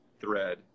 thread